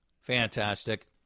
fantastic